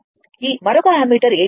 ఈ మరొక ammeter A2 ఉంది